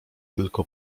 tylko